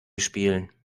spielen